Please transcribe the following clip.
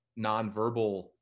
nonverbal